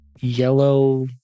yellow